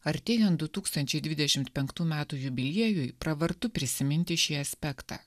artėjant du tūkstančiai dvidešimt penktų metų jubiliejui pravartu prisiminti šį aspektą